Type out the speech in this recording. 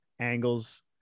angles